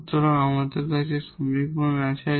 সুতরাং আমাদের কাছে সমীকরণ আছে